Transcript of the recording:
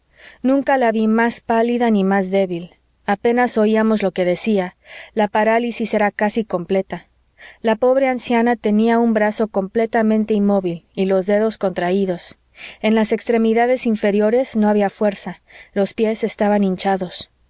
nunca la vi más pálida ni más débil apenas oíamos lo que decía la parálisis era casi completa la pobre anciana tenía un brazo completamente inmóvil y los dedos contraídos en las extremidades inferiores no había fuerza los pies estaban hinchados